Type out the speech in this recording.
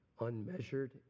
unmeasured